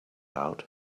out